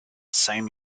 same